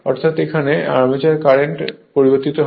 অর্থাৎ এখানে armature current পরিবর্তিত হয়